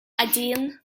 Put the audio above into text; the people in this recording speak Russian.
один